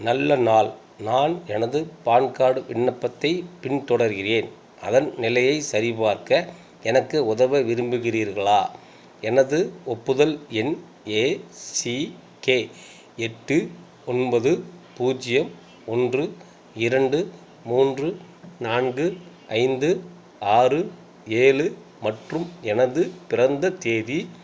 நல்ல நாள் நான் எனது பான் கார்டு விண்ணப்பத்தைப் பின்தொடர்கிறேன் அதன் நிலையை சரிபார்க்க எனக்கு உதவ விரும்புகிறீர்களா எனது ஒப்புதல் எண் ஏசிகே எட்டு ஒன்பது பூஜ்ஜியம் ஒன்று இரண்டு மூன்று நான்கு ஐந்து ஆறு ஏழு மற்றும் எனது பிறந்த தேதி